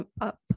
up